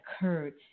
occurred